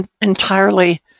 entirely